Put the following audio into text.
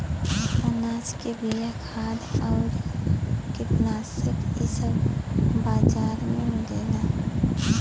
अनाज के बिया, खाद आउर कीटनाशक इ सब बाजार में मिलला